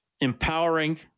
empowering